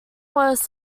was